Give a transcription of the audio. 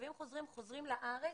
התושבים החוזרים חוזרים לארץ,